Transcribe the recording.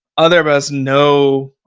other of us know,